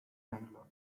bangalore